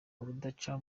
y’urudaca